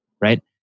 right